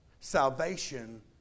Salvation